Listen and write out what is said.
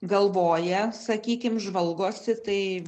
galvoja sakykim žvalgosi tai